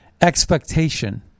expectation